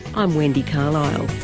i'm wendy carlisle